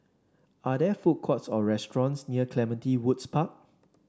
are there food courts or restaurants near Clementi Woods Park